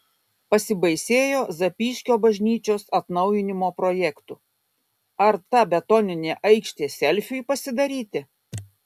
pasibaisėjo zapyškio bažnyčios atnaujinimo projektu ar ta betoninė aikštė selfiui pasidaryti